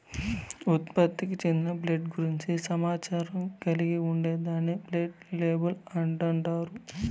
ఉత్పత్తికి చెందిన బ్రాండ్ గూర్చి సమాచారం కలిగి ఉంటే దాన్ని బ్రాండ్ లేబుల్ అంటాండారు